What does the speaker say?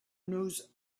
knows